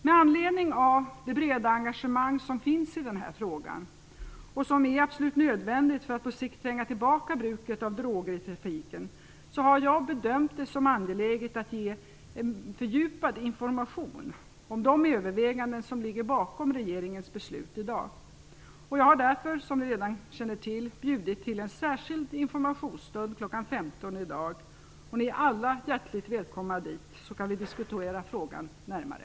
Med anledning av det breda engagemang som finns i den här frågan och som är absolut nödvändigt för att bruket av droger i trafiken på sikt skall trängas tillbaka, har jag bedömt det som angeläget att ge en fördjupad information om de överväganden som ligger bakom regeringens beslut i dag. Jag har därför, som ni redan känner till, inbjudit till en särskild informationsstund kl. 15.00 i dag. Ni är alla hjärtligt välkomna dit, så kan vi diskutera frågan närmare.